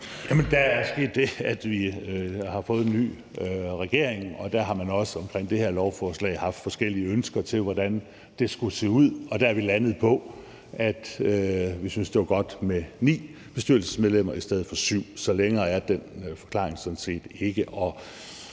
Der er sket det, at vi har fået en ny regering, og der har man i forbindelse med det her lovforslag haft forskellige ønsker til, hvordan det skulle se ud. Og der er vi landet på, at vi synes, det er godt med 9 bestyrelsesmedlemmer i stedet for 7. Så længere er den forklaring sådan set ikke.